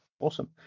awesome